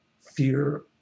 fear